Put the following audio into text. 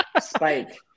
spike